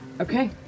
Okay